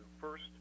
first